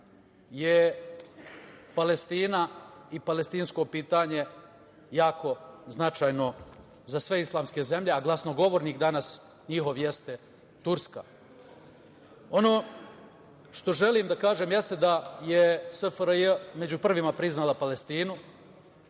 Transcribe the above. je Palestina i palestinsko pitanje jako značajno za sve islamske zemlje, a glasnogovornik danas njihov jeste Turska. Ono što želim da kažem jeste da je SFRJ među prvima priznala Palestinu